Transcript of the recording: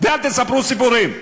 ואל תספרו סיפורים: